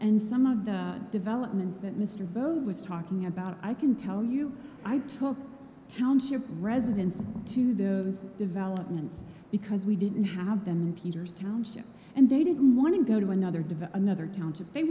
and some of the developments that mr bode was talking about i can tell you i took township residents to those developments because we didn't have them in peter's township and they didn't want to go to another device another town to they